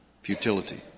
futility